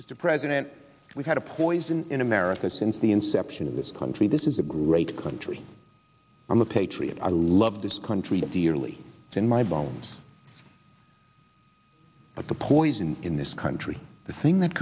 mr president we've had a poison in america since the inception of this country this is a great country i'm a patriot i love this country dearly in my bones but the poison in this country the thing that